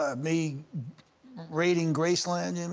ah me raiding graceland, and